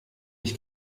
ich